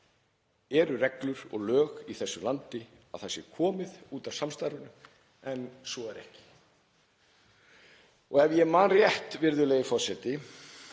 er reglur og lög í þessu landi sé komið út af samstarfinu en svo er ekki. Ef ég man rétt, virðulegi forseti,